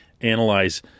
analyze